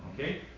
okay